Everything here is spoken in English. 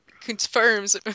confirms